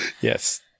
Yes